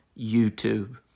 YouTube